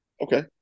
Okay